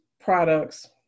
products